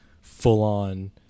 full-on